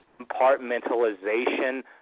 compartmentalization